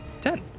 ten